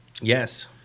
Yes